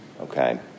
okay